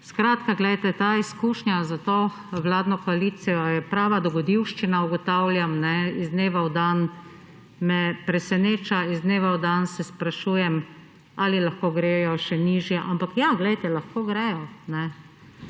poglejte, ta izkušnja s to vladno koalicijo je prava dogodivščina, ugotavljam. Iz dneva v dan me preseneča. Iz dneva v dan se sprašujem ali lahko gredo še nižje. Ampak ja, poglejte,